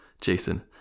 Jason